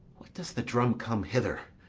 does the drum come hither?